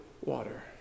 water